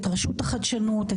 רשות החדשנות,